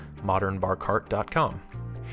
modernbarcart.com